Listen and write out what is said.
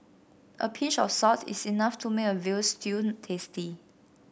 a pinch of salt is enough to make a veal stew tasty